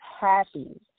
happy